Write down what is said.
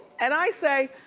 and i say,